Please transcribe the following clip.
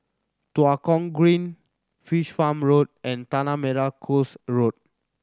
Tua Kong Green Fish Farm Road and Tanah Merah Coast Road